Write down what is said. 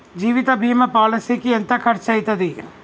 జీవిత బీమా పాలసీకి ఎంత ఖర్చయితది?